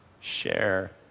share